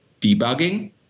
debugging